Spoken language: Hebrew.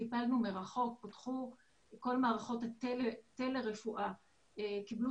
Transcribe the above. טיפלנו מרחוק וכל מערכות הטלרפואה קיבלו